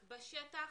בשטח,